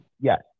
Yes